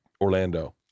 Orlando